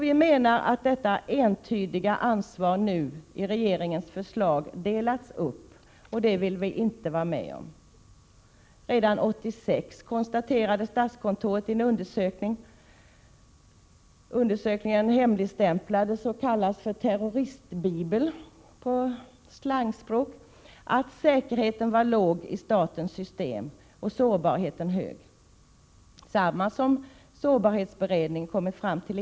I regeringens förslag har nu detta entydiga ansvar delats upp, och det vill vi reservanter inte vara med om. Redan 1986 konstaterade statskontoret i en undersökning — som hemligstämplades och kallades terroristbibeln — att säkerheten i statens system var låg och sårbarheten hög. Detta hade sårbarhetsberedningen tidigare kommit fram till.